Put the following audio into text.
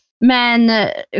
men